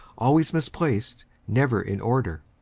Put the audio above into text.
always misplaced, never in order.